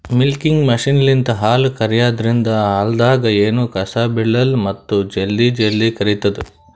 milking ಮಷಿನ್ಲಿಂತ್ ಹಾಲ್ ಕರ್ಯಾದ್ರಿನ್ದ ಹಾಲ್ದಾಗ್ ಎನೂ ಕಸ ಬಿಳಲ್ಲ್ ಮತ್ತ್ ಜಲ್ದಿ ಜಲ್ದಿ ಕರಿತದ್